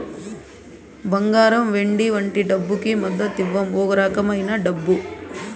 బంగారం వెండి వంటి డబ్బుకు మద్దతివ్వం ఓ రకమైన డబ్బు